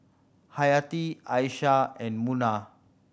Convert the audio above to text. Hayati Aishah and Munah